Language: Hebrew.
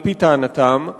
על-פי טענתם.